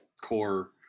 core